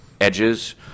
edges